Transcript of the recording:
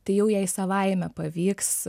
tai jau jai savaime pavyks